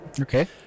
okay